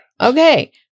Okay